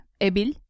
ebil